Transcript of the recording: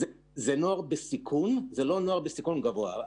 זה נוער בסיכון, זה לא נוער בסיכון גבוה.